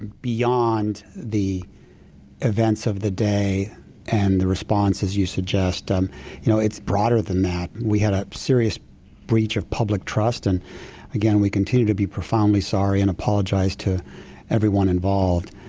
beyond the events of the day and the response as you suggest, um you know it's broader than that. we had a serious breach of public trust, and again, we continue to be profoundly sorry and apologize to everyone involved.